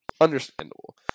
Understandable